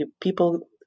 people